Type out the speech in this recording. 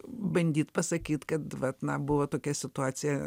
bandyt pasakyt kad vat na buvo tokia situacija